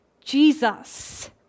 Jesus